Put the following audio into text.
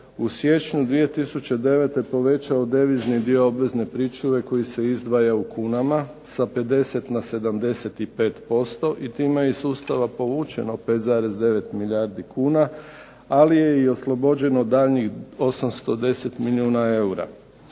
u siječnju 2009. povećao devizni dio obvezne pričuve koji se izdvaja u kunama sa 50 na 75% i time je iz sustava povučeno 5,9 milijardi kuna, ali je i oslobođeno daljnjih 810 milijuna eura.